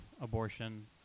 abortion